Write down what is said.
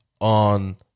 on